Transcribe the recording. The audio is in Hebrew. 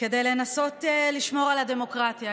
כדי לנסות לשמור על הדמוקרטיה.